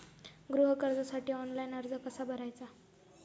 गृह कर्जासाठी ऑनलाइन अर्ज कसा भरायचा?